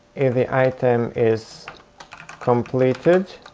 if the item is completed.